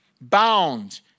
bound